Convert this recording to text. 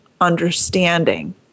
understanding